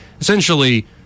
Essentially